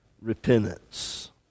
repentance